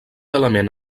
element